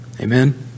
Amen